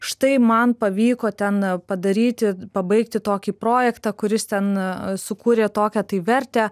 štai man pavyko ten padaryti pabaigti tokį projektą kuris ten sukūrė tokią tai vertę